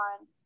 on